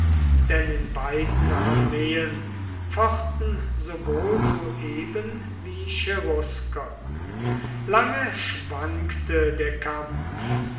denn in beiden armeen fochten sowohl sueben wie cherusker lange schwankte der kampf